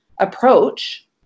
approach